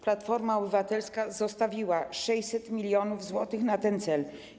Platforma Obywatelska zostawiła 600 mln zł na ten cel.